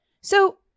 So-